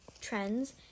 trends